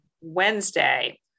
Wednesday